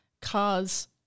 Cars